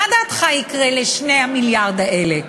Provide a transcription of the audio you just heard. מה לדעתך יקרה ל-2 המיליארד האלה?